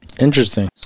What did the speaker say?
interesting